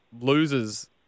losers